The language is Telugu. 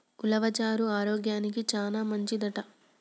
ఉలవలు చారు ఆరోగ్యానికి చానా మంచిదంట